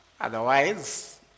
Otherwise